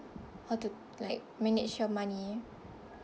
how to like manage your money